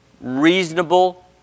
reasonable